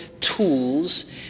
tools